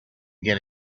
get